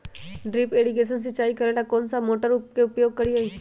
Drip irrigation सिंचाई करेला कौन सा मोटर के उपयोग करियई?